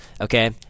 Okay